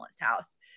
house